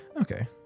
Okay